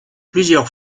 plusieurs